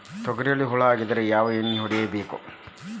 ತೊಗರಿಯಲ್ಲಿ ಹುಳ ಆಗಿದ್ದರೆ ಯಾವ ಎಣ್ಣೆ ಹೊಡಿಬೇಕು?